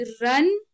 run